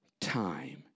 time